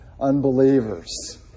unbelievers